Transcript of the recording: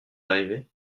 arrivé